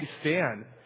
stand